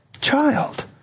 child